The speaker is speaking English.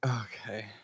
Okay